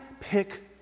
pick